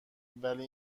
ولی